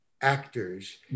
actors